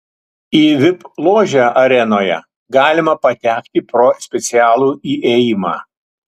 į vip ložę arenoje galima patekti pro specialų įėjimą